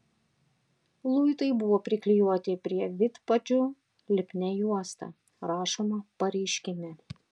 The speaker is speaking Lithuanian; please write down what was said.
luitai buvo priklijuoti prie vidpadžių lipnia juosta rašoma pareiškime